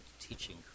teaching